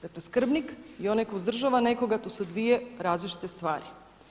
Dakle, skrbnik i onaj tko uzdržava nekoga to su dvije različite stvari.